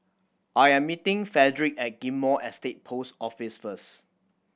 I am meeting Fredrick at Ghim Moh Estate Post Office first